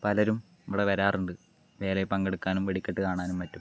പലരും ഇവിടെ വരാറുണ്ട് വേലയിൽ പങ്കെടുക്കാനും വെടിക്കെട്ട് കാണാനും മറ്റും